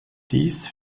dies